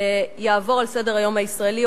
יעבור על סדר-היום הישראלי,